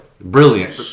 Brilliant